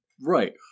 Right